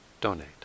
donate